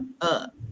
up